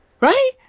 Right